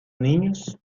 niños